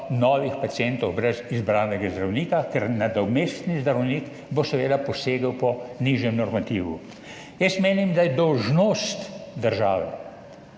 novih pacientov brez izbranega zdravnika, ker bo nadomestni zdravnik seveda posegel po nižjem normativu. Jaz menim da je dolžnost države,